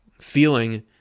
feeling